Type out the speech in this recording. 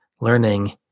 learning